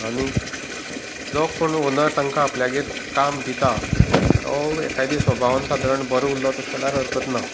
आनीक जो कोण ओनर तांकां आपल्यागेर काम दिता तो एकादे सभावान सादारण बरो उल्लो तशें जाल्यार हरकत ना